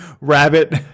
rabbit